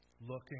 looking